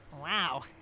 Wow